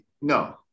no